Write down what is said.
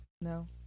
No